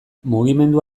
mugimendu